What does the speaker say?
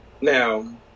Now